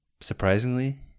surprisingly